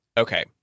okay